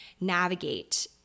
navigate